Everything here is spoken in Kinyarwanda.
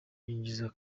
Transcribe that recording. yinjiza